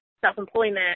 self-employment